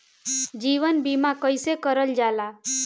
जीवन बीमा कईसे करल जाला?